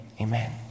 Amen